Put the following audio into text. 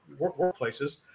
workplaces